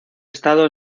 estado